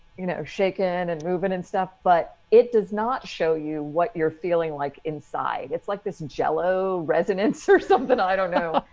you know, shakin and moving and stuff. but it does not show you what you're feeling like inside. it's like this angello resonance or something. i don't know.